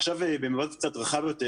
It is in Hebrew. עכשיו במובן קצת רחב יותר,